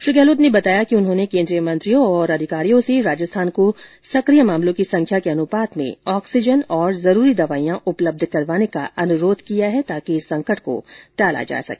श्री गहलोत ने बताया कि उन्होंने केन्द्रीय मंत्री और अधिकारियों से राजस्थान को सक्रिय मामलों की संख्या के अनुपात में ऑक्सीजन और जरूरी दवाइयां उपलब्ध करवाने का अनुरोध किया है जिससे इस संकट को टाला जा सके